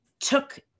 took